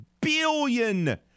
billion